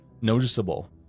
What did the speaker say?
noticeable